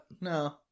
No